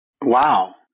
Wow